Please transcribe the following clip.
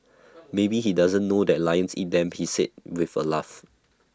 maybe he doesn't know that lions eat them he said with A laugh